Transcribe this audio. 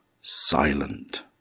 silent